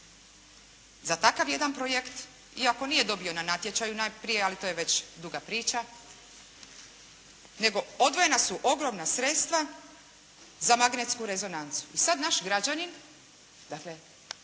za takav jedan projekt iako nije dobio na natječaju, ali to je već duga priča, nego odvojena su ogromna sredstva za magnetsku rezonancu. I sada naš građanin,